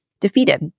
defeated